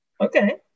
okay